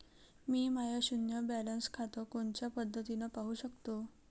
मी माय शुन्य बॅलन्स खातं कोनच्या पद्धतीनं पाहू शकतो?